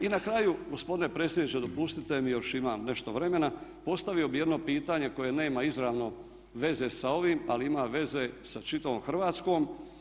I na kraju, gospodine predsjedniče dopustite mi još imam nešto vremena, postavio bi jedno pitanje koje nama izravno veze sa ovim ali ima veze sa čitavom Hrvatskom.